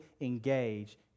engage